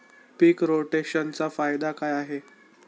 पीक रोटेशनचा फायदा काय आहे?